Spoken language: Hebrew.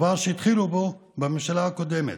דבר שהתחילו בממשלה הקודמת.